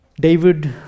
David